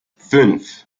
fünf